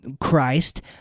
Christ